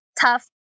tough